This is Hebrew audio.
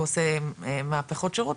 הוא עושה מהפכות שירות,